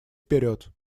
вперед